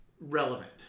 relevant